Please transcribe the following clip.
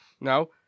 No